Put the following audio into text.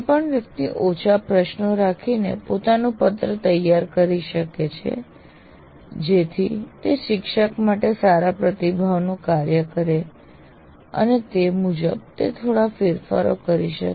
કોઈ પણ વ્યક્તિ ઓછા પ્રશ્નો રાખીને પોતાનું પત્ર તૈયાર કરી શકે છે જેથી તે શિક્ષક માટે સારા પ્રતિભાવનું કાર્ય કરે અને તે મુજબ તે થોડા ફેરફાર થઈ શકે